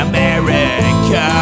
America